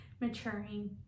maturing